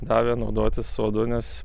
davė naudotis sodu nes